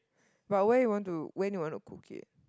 but when you want to when you want to cook it